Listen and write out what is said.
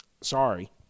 Sorry